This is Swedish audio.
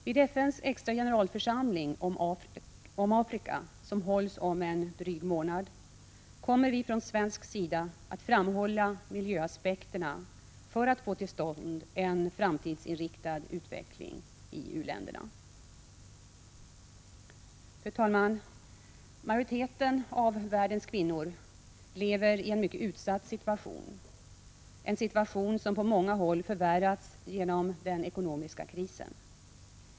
Vid FN:s extra generalförsamling om Afrika som hålls om en dryg månad kommer vi från svensk sida att framhålla miljöaspekterna för att få till stånd en framtidsinriktad utveckling i u-länderna. Fru talman! Majoriteten av världens kvinnor lever i en mycket utsatt situation, en situation som på många håll förvärrats genom den ekonomiska krisen.